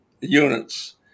units